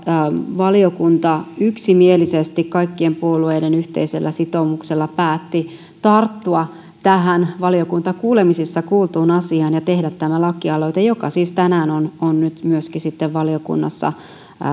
valiokunta yksimielisesti kaikkien puolueiden yhteisellä sitoumuksella päätti tarttua tähän valiokuntakuulemisissa kuultuun asiaan ja tehdä tämän lakialoitteen joka siis tänään on on nyt myöskin sitten valiokunnassa